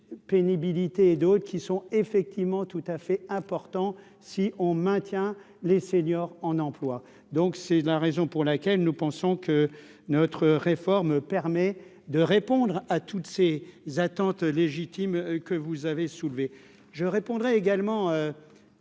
pénibilité et d'autres qui sont effectivement tout à fait important si on maintient les seniors en emploi, donc c'est la raison pour laquelle nous pensons que notre réforme permet de répondre à toutes ces attentes légitimes que vous avez soulevés je répondrai également à